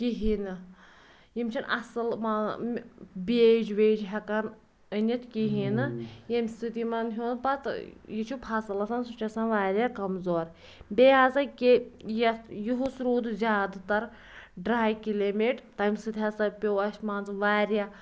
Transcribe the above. کِہیٖنۍ نہٕ یِم چھِنہٕ اَصٕل ما بیج ویج ہیکان أنِتھ کِہیٖنۍ نہٕ ییٚمہِ سۭتۍ یِمَن ہُنٛد پَتہٕ یہِ چھُ فَصٕل آسان سُہ چھُ آسان واریاہ کَمزور بیٚیہِ ہَسا کہِ یَتھ یِہُس روٗد زیادٕ تَر ڈرٛاے کٕلیمیٹ تَمہِ سۭتۍ ہَسا پیوٚو اَسہِ مان ژٕ واریاہ